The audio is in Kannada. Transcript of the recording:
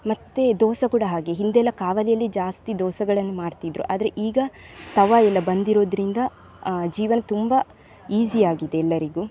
ಮತ್ತು ದೋಸೆ ಕೂಡ ಹಾಗೇ ಹಿಂದೆಲ್ಲ ಕಾವಲಿಯಲ್ಲಿ ಜಾಸ್ತಿ ದೋಸೆಗಳನ್ನು ಮಾಡ್ತಿದ್ದರು ಆದರೆ ಈಗ ತವಯೆಲ್ಲ ಬಂದಿರೋದರಿಂದ ಜೀವನ ತುಂಬ ಈಸಿಯಾಗಿದೆ ಎಲ್ಲರಿಗೂ